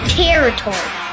territory